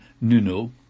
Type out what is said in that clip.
Nuno